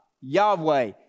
Yahweh